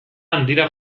handira